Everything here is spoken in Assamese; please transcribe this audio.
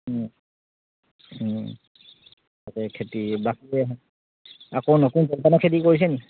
তাকে খেতি বাকী আকৌ নতুন ধানৰ খেতি কৰিছে নেকি